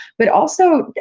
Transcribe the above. but also,